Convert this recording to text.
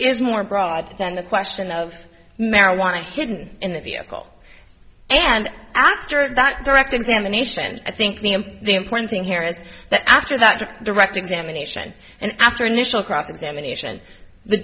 is more broad than the question of marijuana hidden in a vehicle and after that direct examination i think the m p the important thing here is that after that direct examination and after initial cross examination the